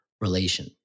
relation